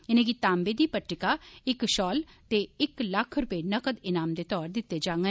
इनें गी ताम्बे दी पट्टिका इक शाल ते इक लक्ख रपे नकद इनाम दे तौर दित्तें जांगन